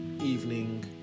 evening